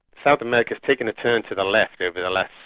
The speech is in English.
south america's taken a turn to the left over the last